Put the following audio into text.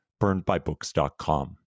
burnedbybooks.com